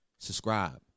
Subscribe